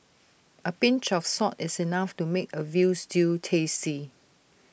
A pinch of salt is enough to make A Veal Stew tasty